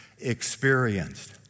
experienced